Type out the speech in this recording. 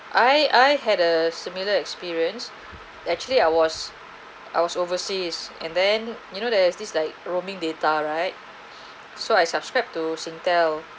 I I had a similar experience actually I was I was overseas and then you know there's this like roaming data right so I subscribe to Singtel